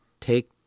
take